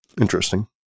interesting